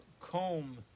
comb